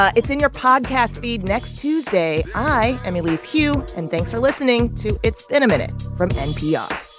ah it's in your podcast feed next tuesday. i am elise hu. and thanks for listening to it's been a minute from npr